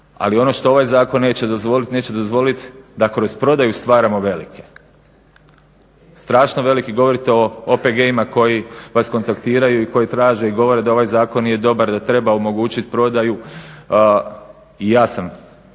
ali ono što ovaj zakon neće dozvolit, neće dozvolit da kroz prodaju stvaramo velike, strašno velike. Govorite o OPG-ima koji vas kontaktiraju i koji traže i govore da ovaj zakon nije dobar, da treba omogućit prodaju. I ja sam